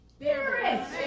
Spirit